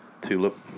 Tulip